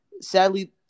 sadly